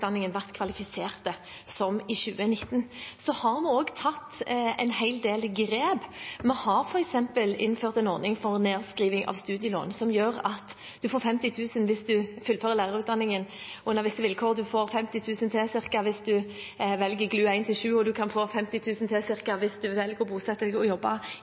vært kvalifisert som i 2019. Vi har også tatt en hel del grep. Vi har f.eks. innført en ordning for nedskriving av studielån som gjør at en får 50 000 kr hvis en fullfører lærerutdanningen under visse vilkår. En får ca. 50 000 kr til hvis en velger GLU 1–7, og en kan få ca. 50 000 kr til hvis en velger å bosette seg og jobbe